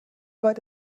weit